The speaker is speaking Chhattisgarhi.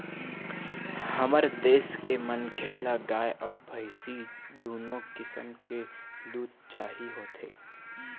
हमर देश के मनखे ल गाय अउ भइसी दुनो किसम के दूद चाही होथे